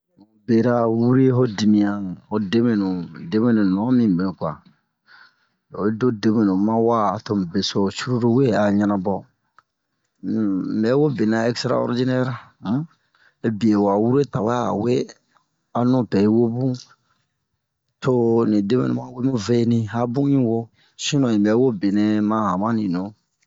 Mu bera wure ho dimiyan ho debenu debenu non mi mu kwa oyi do debenu ma wa to mu beso cruru we a ɲanabo um un bɛ wo benɛ a extraordinɛr um mɛ bie wa wure tawɛ a we a nupɛ yi wo bun to ni debenu ma wemu veni a bun in wo sinon in bɛ wo benɛ ma hamani nu